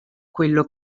quello